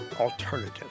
alternative